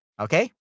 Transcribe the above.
Okay